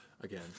again